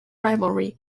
rivalry